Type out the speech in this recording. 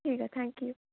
ਠੀਕ ਹੈ thank you